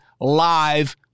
live